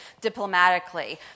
diplomatically